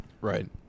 Right